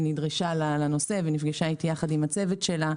נדרשה לנושא ונפגשה איתי יחד עם הצוות שלה,